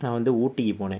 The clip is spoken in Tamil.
நான் வந்து ஊட்டிக்குப் போனேன்